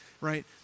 right